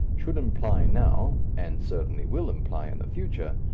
should imply now, and certainly will imply in the future,